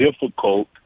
difficult